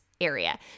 area